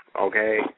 okay